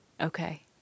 Okay